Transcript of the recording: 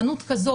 חנות כזו,